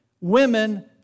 women